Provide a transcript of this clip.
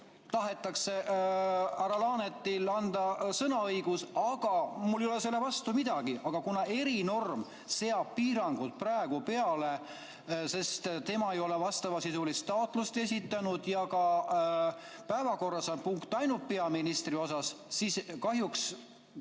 tahetakse härra Laanetile sõna anda. Mul ei ole selle vastu midagi, aga kuna erinorm seab piirangud praegu peale, sest tema ei ole vastavasisulist taotlust esitanud ja ka päevakorras on punkt ainult peaministri kohta, siis kahjuks